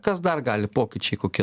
kas dar gali pokyčiai kokie